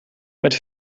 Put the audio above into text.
met